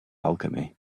alchemy